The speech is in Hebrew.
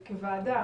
כוועדה